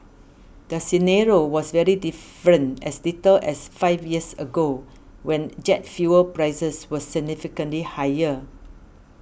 the scenario was very different as little as five years ago when jet fuel prices were significantly higher